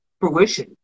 fruition